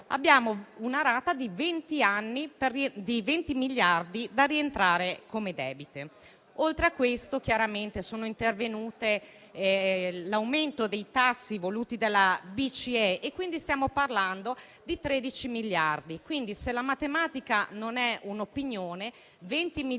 paghiamo una rata di 20 miliardi per rientrare come debito. Oltre a questo, è intervenuto l'aumento dei tassi voluti dalla BCE: stiamo parlando di 13 miliardi. Quindi, se la matematica non è un'opinione, 20 miliardi